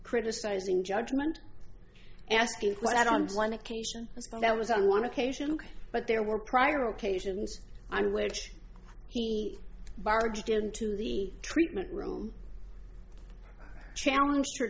criticizing judgment asking what on one occasion was that was on one occasion but there were prior occasions i mean which he barged into the treatment room challenge